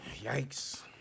Yikes